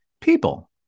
people